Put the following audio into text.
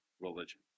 religion